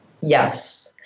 yes